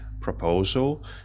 proposal